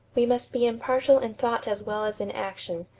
we must be impartial in thought as well as in action,